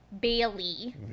Bailey